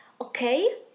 okay